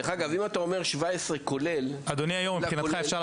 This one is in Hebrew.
דרך אגב, אם אתה אומר גיל כולל 17, זה כבר